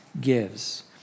gives